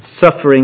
suffering